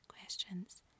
questions